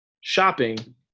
shopping